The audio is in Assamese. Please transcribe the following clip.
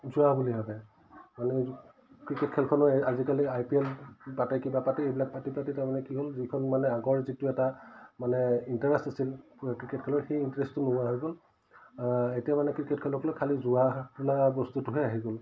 জোৱা বুলি ভাবে মানে ক্ৰিকেট খেলখনো আজিকালি আই পি এল পাতে কিবা পাতে এইবিলাক পাতি পাতি তাৰমানে কি হ'ল যিখন মানে আগৰ যিটো এটা মানে ইণ্টাৰেষ্ট আছিল ক্ৰিকেট খেলৰ সেই ইণ্টাৰেষ্টটো নোহোৱা হৈ গ'ল এতিয়া মানে ক্ৰিকেট খেলক লৈ খালী জোৱা বোলা বস্তুটোহে আহি গ'ল